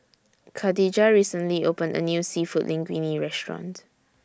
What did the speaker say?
Khadijah recently opened A New Seafood Linguine Restaurant